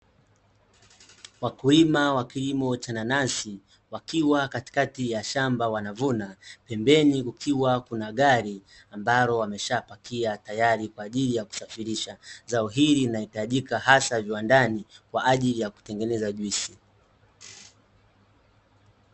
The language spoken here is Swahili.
Wakulima wa kilimo cha nanasi wakiwa katikati ya shamba wanavuna, pembeni kukiwa kuna gari ambalo wameshapakia tayari kwaajili ya kusafirisha. Zao hili linahitajika hasa viwandani kwaajili ya kutengeneza juisi.